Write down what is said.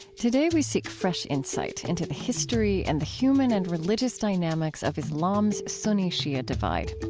today, we seek fresh insight into the history and the human and religious dynamics of islam's sunni-shia divide.